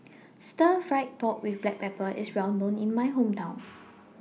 Stir Fry Pork with Black Pepper IS Well known in My Hometown